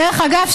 דרך אגב,